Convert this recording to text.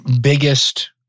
biggest